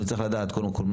אנחנו נצטרך לדעת קודם כול,